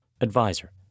Advisor